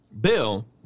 bill